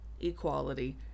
equality